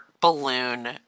balloon